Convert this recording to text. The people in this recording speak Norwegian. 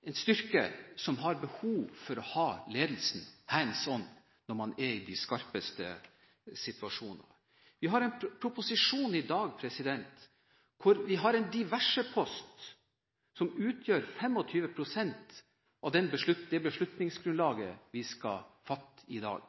Vi har en styrke som har behov for å ha ledelsen «hands on» i de skarpeste situasjoner. Vi har en proposisjon til behandling i dag der vi har en diversepost som utgjør 25 pst. av det beslutningsgrunnlaget vi skal fatte i dag.